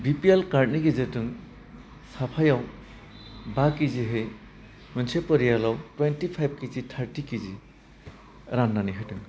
BPL कार्टनि गेजेरजों साफायाव बा किजिहै मोनसे परियालाव टुइन्टिफाइभ किजि थार्टि किजि राननानै होदों